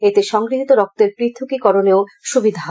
এতে সংগৃহীত রক্তের পৃথকীকরণেও সুবিধা হয়